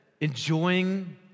enjoying